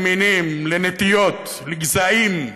למינים, לנטיות, לגזעים.